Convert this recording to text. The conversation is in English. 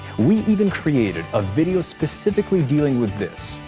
we even created a video specifically dealing with this,